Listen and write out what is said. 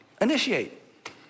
initiate